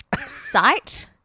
sight